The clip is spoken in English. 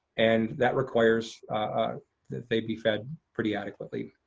and that requires that they be fed pretty adequately.